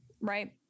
right